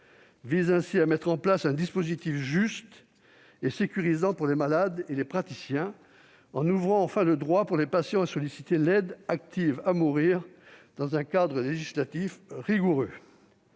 vise ainsi à mettre en place un dispositif juste et sécurisant pour les malades et les praticiens en ouvrant enfin le droit pour les patients de solliciter l'aide active à mourir, dans un cadre législatif rigoureux.